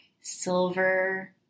silver